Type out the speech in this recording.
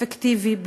אפקטיבי,